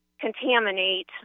contaminate